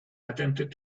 attempted